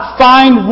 find